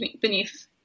beneath